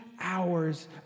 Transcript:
hours